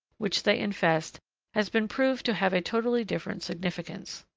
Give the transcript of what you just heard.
which they infest has been proved to have a totally different significance.